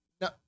No